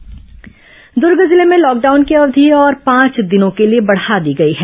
lockdown Durg जिले में lockdown की अवधि और पांच दिनों के लिए बढ़ा दी गई है